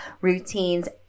routines